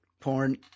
Porn